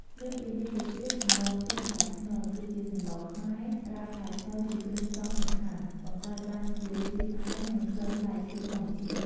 លើសពីនេះទៅទៀត សម្លរខ្ទិះផ្លែខ្នុរ គឺជាសម្លខ្មែរ ប្រើផ្លែខ្នុរជាគ្រឿងផ្សំសំខាន់ បង្កើតបានជារសជាតិផ្អែម និងក្លិនផ្លែឈើធម្មជាតិ។